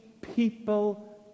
people